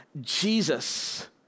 Jesus